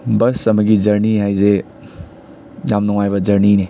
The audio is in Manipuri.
ꯕꯁ ꯑꯃꯒꯤ ꯖꯔꯅꯤ ꯍꯥꯏꯁꯦ ꯌꯥꯝ ꯅꯨꯡꯡꯥꯏꯕ ꯖꯔꯅꯤꯅꯦ